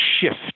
shift